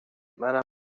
منم